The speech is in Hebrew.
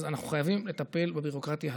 אנחנו חייבים לטפל בביורוקרטיה הזאת.